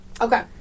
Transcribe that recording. Okay